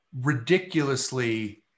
ridiculously